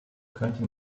könnte